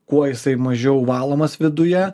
kuo jisai mažiau valomas viduje